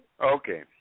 Okay